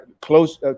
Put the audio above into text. close